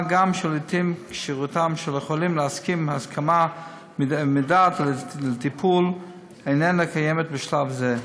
מה גם שלעיתים החולים אינם כשירים להסכים הסכמה מדעת לטיפול בשלב זה.